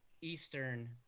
Eastern